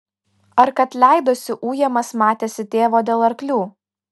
ar kad leidosi ujamas matėsi tėvo dėl arklių